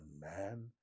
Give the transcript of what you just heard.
man